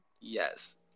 Yes